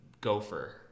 gopher